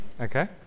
okay